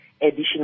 additional